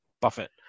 Buffett